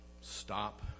stop